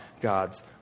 God's